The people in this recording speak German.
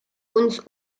uns